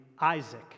Isaac